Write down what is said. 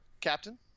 captain